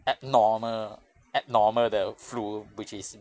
abnormal abnormal 的 flu which is